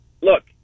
look